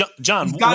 John